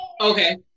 Okay